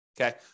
Okay